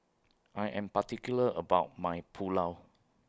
I Am particular about My Pulao